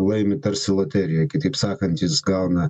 laimi tarsi loterijoj kitaip sakant jis gauna